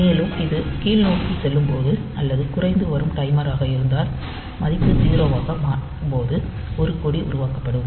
மேலும் அது கீழ்நோக்கி செல்லும் போது அல்லது குறைந்து வரும் டைமராக இருந்தால் மதிப்பு 0 ஆக மாறும்போது ஒரு கொடி உருவாக்கப்படும்